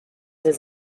his